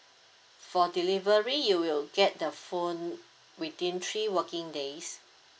for delivery you will get the phone within three working days